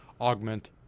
augment